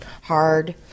Hard